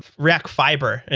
react fiber,